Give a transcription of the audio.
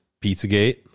Pizzagate